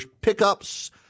pickups